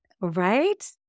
Right